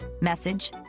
message